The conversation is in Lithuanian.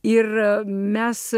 ir mes